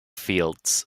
fields